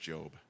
Job